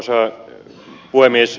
arvoisa puhemies